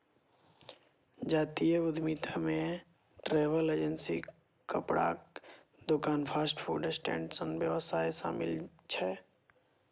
जातीय उद्यमिता मे ट्रैवल एजेंसी, कपड़ाक दोकान, फास्ट फूड स्टैंड सन व्यवसाय शामिल छै